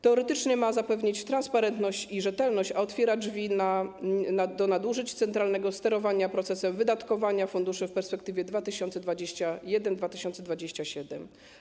Teoretycznie ma zapewnić transparentność i rzetelność, a otwiera drzwi do nadużyć centralnego sterowania procesem wydatkowania funduszy w perspektywie 2021-2027.